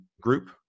group